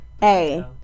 Hey